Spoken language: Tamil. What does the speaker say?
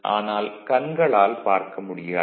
ஆனால் கண்களால் பார்க்க முடியாது